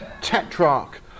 tetrarch